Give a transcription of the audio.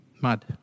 Mud